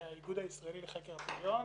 האיגוד הישראלי לחקר הפריון.